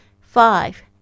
Five